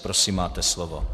Prosím, máte slovo.